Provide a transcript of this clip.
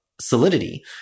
Solidity